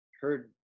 heard